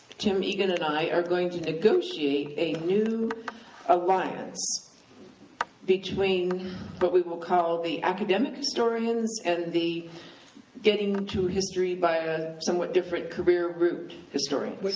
jim egan and i are going to negotiate a new alliance between what we will call the academic historians and the getting to history by a somewhat different career route historians.